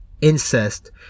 incest